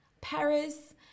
paris